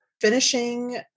Finishing